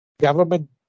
government